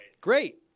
great